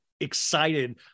excited